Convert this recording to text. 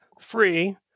free